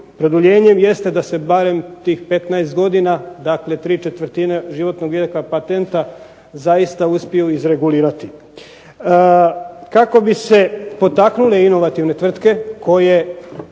produljenjem jeste da se barem tih 15 godina, dakle ¾ životnog vijeka patenta zaista uspiju izregulirati. Kako bi se potaknule inovativne tvrtke koje